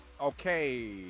Okay